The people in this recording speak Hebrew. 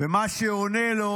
ומה שעונה לו